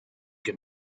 che